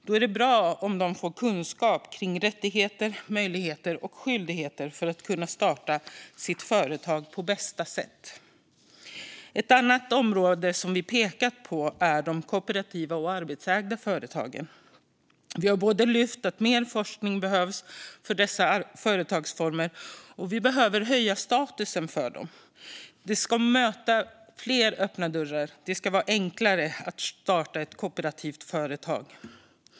Då är det bra om de får kunskap om rättigheter, möjligheter och skyldigheter för att kunna starta sitt företag på bästa sätt. Ett annat område som vi pekat på är de kooperativa och arbetstagarägda företagen. Vi har lyft fram både att mer forskning behövs för dessa företagsformer och att vi behöver höja statusen för dem. De ska möta fler öppna dörrar. Det ska vara enklare att starta ett kooperativt företag.